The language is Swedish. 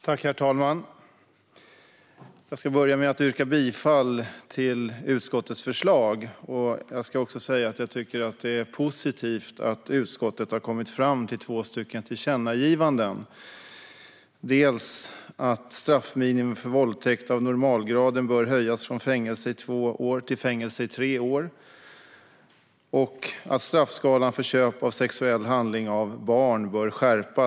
Herr talman! Jag ska börja med att yrka bifall till utskottets förslag. Det är positivt att utskottet har kommit fram till två tillkännagivanden. Det är att straffminimum för våldtäkt av normalgraden bör höjas från fängelse i två år till fängelse i tre år och att straffskalan för köp av sexuell handling av barn bör skärpas.